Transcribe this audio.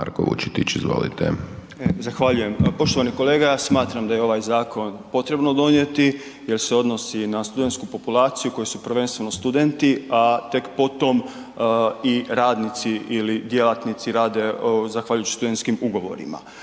Marko (Nezavisni)** Zahvaljujem, poštovani kolega ja smatram da je ovaj zakon potrebno donijeti jer se odnosi na studentsku populaciju u kojoj su prvenstveno studenti, a tek potom i radnici ili djelatnici rade zahvaljujući studentskim ugovorima.